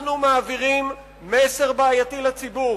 אנחנו מעבירים מסר בעייתי לציבור.